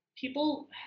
people